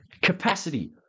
Capacity